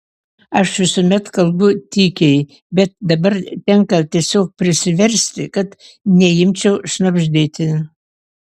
aš visuomet kalbu tykiai bet dabar tenka tiesiog prisiversti kad neimčiau šnabždėti